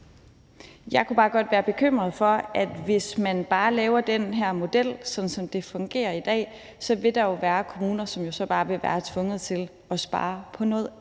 Jeg kunne bare godt være bekymret for, at hvis man bare laver den her model, vil der jo, sådan som det fungerer i dag, være kommuner, som så bare vil være tvunget til at spare på noget andet.